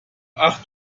acht